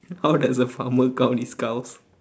how does a farmer count his cows